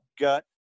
gut